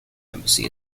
embassy